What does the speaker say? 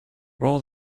roll